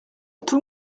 tout